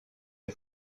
est